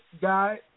guy